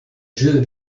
jeu